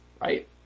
right